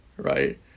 Right